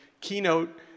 keynote